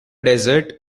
desert